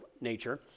nature